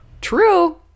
True